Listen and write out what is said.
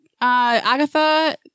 Agatha